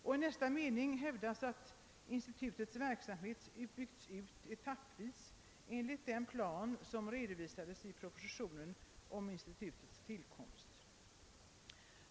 I nästa mening hävdas att institutets verksamhet byggts ut etappvis enligt den plan som redovisades i propositionen om institutets tillkomst.